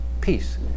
Peace